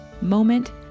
Moment